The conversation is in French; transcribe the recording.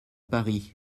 paris